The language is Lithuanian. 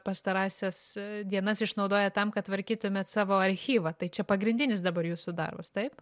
pastarąsias dienas išnaudojat tam kad tvarkytumėt savo archyvą tai čia pagrindinis dabar jūsų darbas taip